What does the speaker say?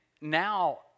now